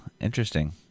interesting